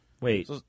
Wait